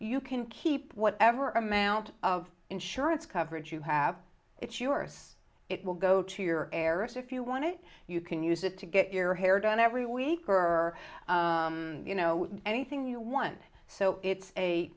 you can keep whatever amount of insurance coverage you have it's yours it will go to your errors if you want it you can use it to get your hair done every week or you know anything you want so it's a